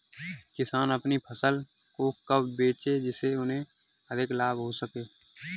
किसान अपनी फसल को कब बेचे जिसे उन्हें अधिक लाभ हो सके?